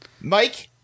Mike